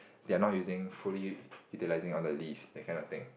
they are not using fully utilising on the leave that kind of thing